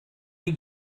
chi